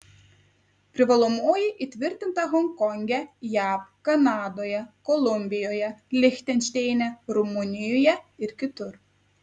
privalomoji įtvirtinta honkonge jav kanadoje kolumbijoje lichtenšteine rumunijoje ir kitur